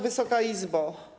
Wysoka Izbo!